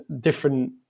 different